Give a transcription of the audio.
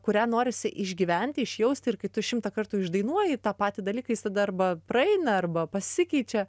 kurią norisi išgyventi išjausti ir kai tu šimtą kartų išdainuoji tą patį dalyką jis tada arba praeina arba pasikeičia